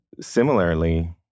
similarly